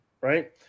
Right